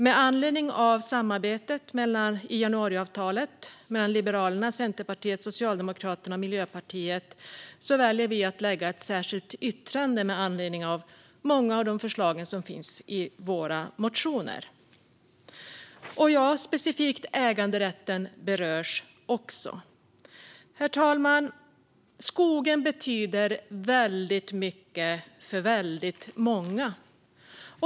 Med anledning av samarbetet i januariavtalet mellan Liberalerna, Centerpartiet, Socialdemokraterna och Miljöpartiet väljer vi att ha ett särskilt yttrande med anledning av många av de förslag som finns i våra motioner. Och ja, äganderätten berörs också. Herr talman! Skogen betyder väldigt mycket för väldigt många.